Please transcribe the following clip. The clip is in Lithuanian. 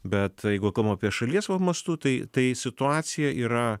bet jeigu kalbam apie šalies va mastu tai tai situacija yra